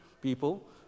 people